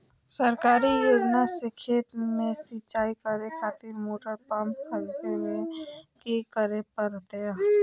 सरकारी योजना से खेत में सिंचाई करे खातिर मोटर पंप खरीदे में की करे परतय?